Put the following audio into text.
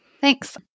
Thanks